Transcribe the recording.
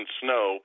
snow